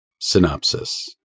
Synopsis